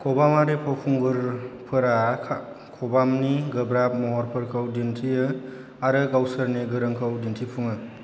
खबामारि फावखुंगुरफोरा खा खबामनि गोब्राब महरफोरखौ दिनथियो आरो गावसोरनि गोरोंखौ दिन्थिफुङो